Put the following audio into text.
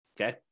Okay